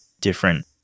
different